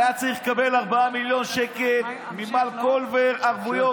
הוא היה צריך לקבל 4 מיליון שקל ממר קולבר ערבויות,